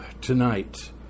tonight